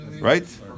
Right